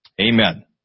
Amen